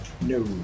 No